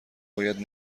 باید